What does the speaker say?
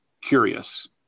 curious